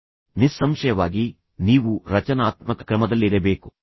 ನಿಸ್ಸಂಶಯವಾಗಿ ನೀವು ನಿಮ್ಮ ವ್ಯಕ್ತಿತ್ವವನ್ನು ಅಭಿವೃದ್ಧಿಪಡಿಸಲು ಬಯಸಿದರೆ ನೀವು ರಚನಾತ್ಮಕ ಕ್ರಮದಲ್ಲಿರಬೇಕು